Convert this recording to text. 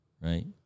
right